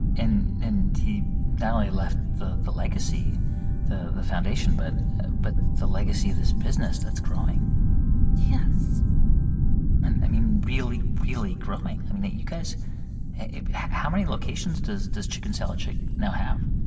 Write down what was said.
and and he not only left the the legacy the the foundation but but the legacy of this business that's growing yes and i mean, really, really growing. i mean, you guys how many locations does this chicken salad chick now have?